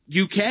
UK